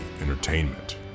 entertainment